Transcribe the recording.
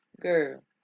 girl